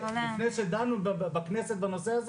לפני שדנו בכנסת בנושא הזה